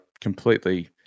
completely